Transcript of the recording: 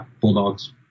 bulldogs